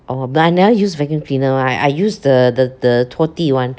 oh but I never use vacuum cleaner one I use the the the 拖地 one